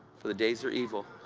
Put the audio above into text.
for the days are evil.